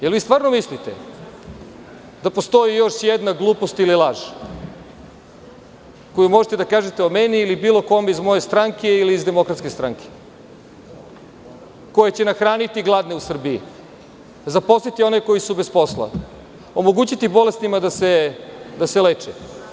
Da li vi stvarno mislite da postoji još jedna glupost ili laž koju možete da kažete o meni ili o bilo kome iz moje stranke ili iz DS koja će nahraniti gladne u Srbiji, zaposliti one koji su bez posla, omogućiti bolesnima da se leče.